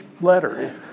letter